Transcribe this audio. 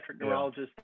neurologist